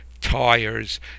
tires